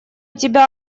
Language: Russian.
тебя